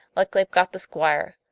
like they've got the squire.